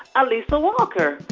alissa walker.